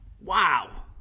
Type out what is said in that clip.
Wow